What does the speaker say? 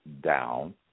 down